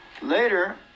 Later